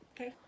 Okay